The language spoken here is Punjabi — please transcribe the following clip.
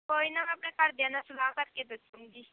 ਕੋਈ ਨਾ ਮੈਂ ਆਪਣੇ ਘਰਦਿਆਂ ਨਾਲ ਸਲਾਹ ਕਰਕੇ ਦੱਸੂਂਗੀ